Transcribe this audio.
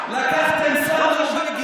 אתה משקר פה במליאה,